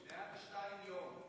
102 יום.